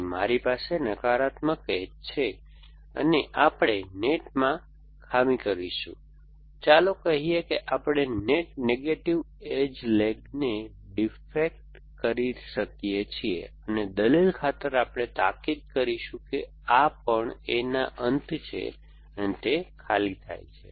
તેથી મારી પાસે નકારાત્મક એજ છે તેથી આપણે નેટમાં ખામી કરીશું ચાલો કહીએ કે આપણે નેટ નેગેટિવ એજ લેગને ડિફેક્ટ કરી શકીએ છીએ અને દલીલ ખાતર આપણે તાકીદ કરીશું કે આ પણ A ના અંતે છે અને તે ખાલી થાય છે